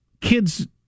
kids